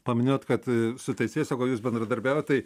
paminėjot kad su teisėsauga jūs bendradarbiaujat tai